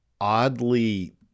oddly